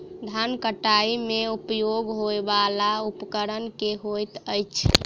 धान कटाई मे उपयोग होयवला उपकरण केँ होइत अछि?